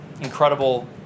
incredible